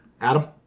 adam